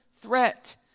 threat